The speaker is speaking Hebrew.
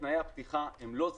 תנאי הפתיחה הם לא זהים.